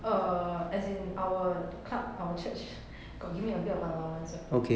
err as in our club our church got give me a bit of allowance [what]